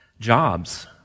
jobs